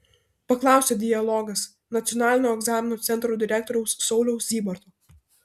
paklausė dialogas nacionalinio egzaminų centro direktoriaus sauliaus zybarto